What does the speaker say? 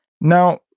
Now